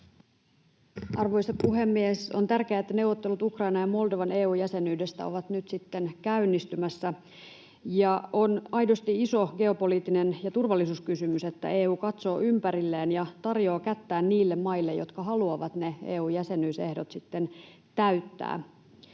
Arvoisa puhemies! On tärkeää, että neuvottelut Ukrainan ja Moldovan EU-jäsenyydestä ovat nyt sitten käynnistymässä. On aidosti iso geopoliittinen ja turvallisuuskysymys, että EU katsoo ympärilleen ja tarjoaa kättään niille maille, jotka haluavat ne EU-jäsenyysehdot sitten täyttää.